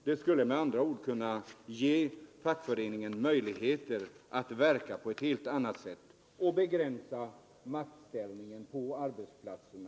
Det skulle med andra ord kunna ge fackföreningarna möjligheter att verka på ett helt annat sätt och begränsa arbetsgivarnas maktställning på arbetsplatserna.